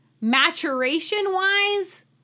maturation-wise